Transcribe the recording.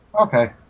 Okay